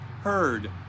heard